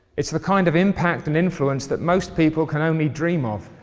it's the kind of impact and influence that most people can only dream of.